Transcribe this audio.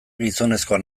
gizonezkoa